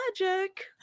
magic